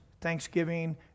thanksgiving